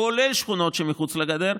כולל שכונות שמחוץ לגדר.